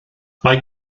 mae